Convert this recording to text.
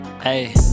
Hey